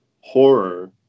horror